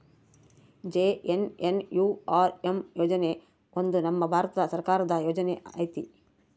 JNNURM ಯೋಜನೆ ಒಂದು ನಮ್ ಭಾರತ ಸರ್ಕಾರದ ಯೋಜನೆ ಐತಿ